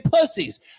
pussies